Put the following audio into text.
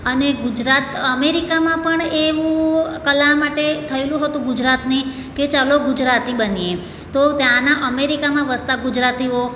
અને ગુજરાત અમેરિકામાં પણ એવું કલા માટે થયેલું હતું ગુજરાતની કે ચાલો ગુજરાતી બનીએ તો ત્યાંના અમેરિકામાં વસતા ગુજરાતીઓ